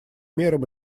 мерам